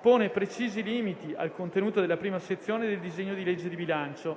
pone precisi limiti al contenuto della prima sezione del disegno di legge di bilancio,